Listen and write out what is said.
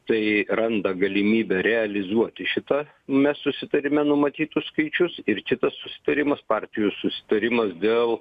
tai randa galimybę realizuoti šitą me susitarime numatytus skaičius ir šitas susitarimas partijų susitarimas dėl